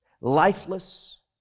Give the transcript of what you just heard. lifeless